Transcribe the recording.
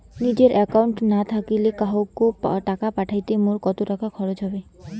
নিজের একাউন্ট না থাকিলে কাহকো টাকা পাঠাইতে মোর কতো খরচা হবে?